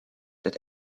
that